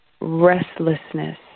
restlessness